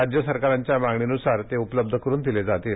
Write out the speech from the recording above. राज्य सरकारांच्या मागणीनुसार ते उपलब्ध करून दिले जातील